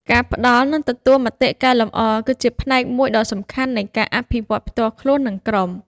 ការផ្តល់ និងទទួលមតិកែលម្អ គឺជាផ្នែកមួយដ៏សំខាន់នៃការអភិវឌ្ឍផ្ទាល់ខ្លួន និងក្រុម។